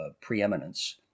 preeminence